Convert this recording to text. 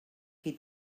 qui